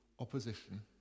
Opposition